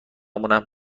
مونم